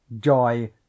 joy